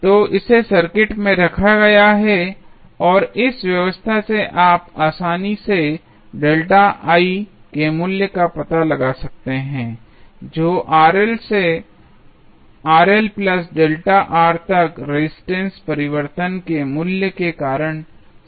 तो इसे सर्किट में रखा गया है और इस व्यवस्था से आप आसानी से के मूल्य का पता लगा सकते हैं जो से तक रेजिस्टेंस परिवर्तन के मूल्य के कारण सर्किट में बह रहा है